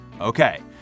Okay